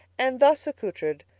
and, thus accoutred,